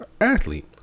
athlete